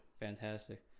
fantastic